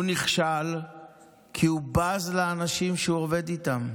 הוא נכשל כי הוא בז לאנשים שהוא עובד איתם.